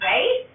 Right